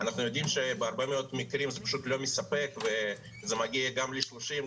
אנחנו יודעים שבהרבה מאוד מקרים זה פשוט לא מספק וזה מגיע גם ל-40%.